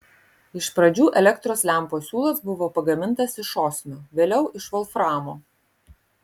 iš pradžių elektros lempos siūlas buvo pagamintas iš osmio vėliau iš volframo